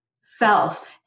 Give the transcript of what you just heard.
self